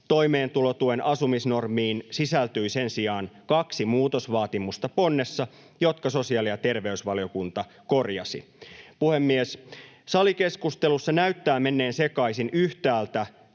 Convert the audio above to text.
Toimeentulotuen asumisnormiin sisältyi sen sijaan kaksi muutosvaatimusta ponnessa, jotka sosiaali- ja terveysvaliokunta korjasi. Puhemies! Salikeskustelussa näyttää menneen sekaisin yhtäältä